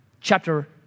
chapter